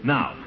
Now